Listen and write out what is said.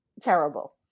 terrible